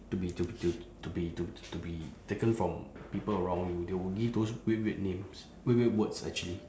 to be to be to be to to be taken from people around you they will give those weird weird names weird weird words actually